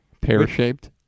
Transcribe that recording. pear-shaped